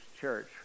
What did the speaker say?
church